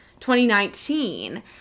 2019